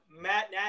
Matt